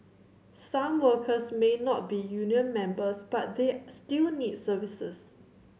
some workers may not be union members but they still need services